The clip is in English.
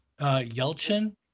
Yelchin